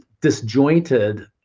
disjointed